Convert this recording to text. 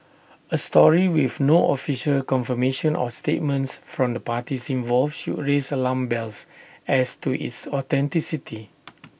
A story with no official confirmation or statements from the parties involved should A raise alarm bells as to its authenticity